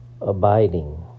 abiding